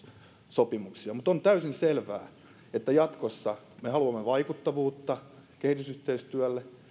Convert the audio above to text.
sopimuksia mutta on täysin selvää että jatkossa me haluamme vaikuttavuutta kehitysyhteistyölle